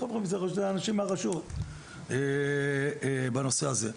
זה אנשים מהרשות בנושא הזה.